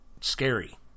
scary